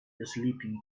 sleeping